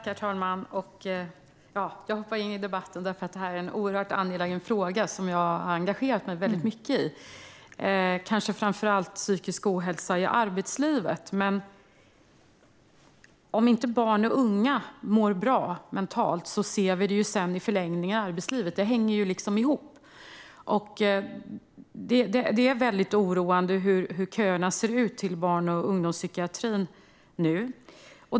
Herr talman! Jag hoppar in i debatten för att detta är en oerhört angelägen fråga som jag har engagerat mig mycket i, och kanske framför allt psykisk ohälsa i arbetslivet. Om inte barn och unga mår bra mentalt ser vi det sedan i förlängningen i arbetslivet. Det hänger ihop. Det är mycket oroande med de köer som nu finns till barn och ungdomspsykiatrin.